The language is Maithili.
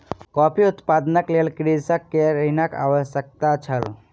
कॉफ़ी उत्पादनक लेल कृषक के ऋणक आवश्यकता छल